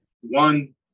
one